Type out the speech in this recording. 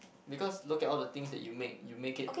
because look at all the things that you make you make it